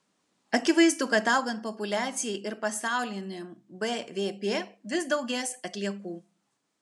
akivaizdu kad augant populiacijai ir pasauliniam bvp vis daugės atliekų